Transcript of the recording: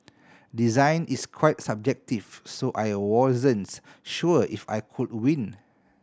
design is quite subjective so I wasn't sure if I could win